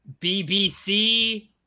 BBC